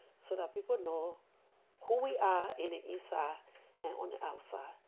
so that people know who we are in the inside and on the outside.